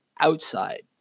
outside